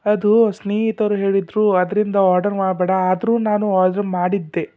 ಅದು ಸ್ನೇಹಿತರು ಹೇಳಿದ್ದರು ಅದರಿಂದ ಆರ್ಡರ್ ಮಾಡಬೇಡ ಆದರೂ ನಾನು ಆರ್ಡ್ರು ಮಾಡಿದ್ದೆ